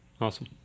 awesome